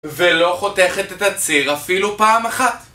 ולא חותכת את הציר אפילו פעם אחת